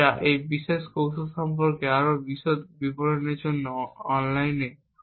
যা এই বিশেষ কৌশল সম্পর্কে আরও বিশদ বিবরণের জন্য অনলাইনে উপলব্ধ